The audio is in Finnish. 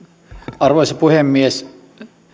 arvoisa puhemies